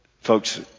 Folks